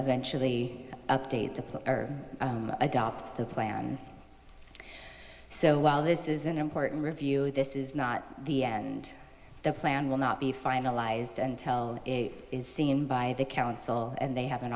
eventually update to adopt the plan so while this is an important review this is not the end the plan will not be finalized until it is seen by the council and they have an